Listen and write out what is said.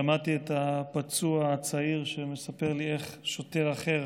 שמעתי את הפצוע הצעיר שמספר לי איך שוטר אחר